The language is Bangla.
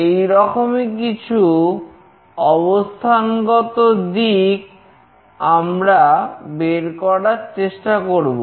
এইরকমই কিছু অবস্থানগত দিক আমরা বের করার চেষ্টা করব